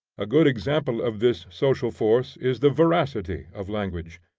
a good example of this social force is the veracity of language,